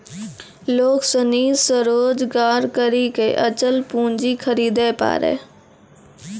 लोग सनी स्वरोजगार करी के अचल पूंजी खरीदे पारै